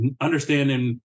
understanding